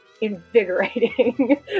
invigorating